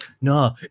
No